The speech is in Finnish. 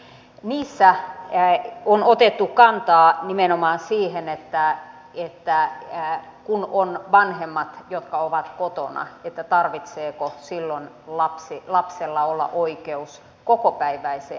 niissä on otettu kantaa nimenomaan siihen että kun on vanhemmat jotka ovat kotona niin tarvitseeko silloin lapsella olla oikeus kokopäiväiseen hoitoon